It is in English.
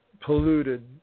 polluted